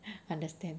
understand